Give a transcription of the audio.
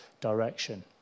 direction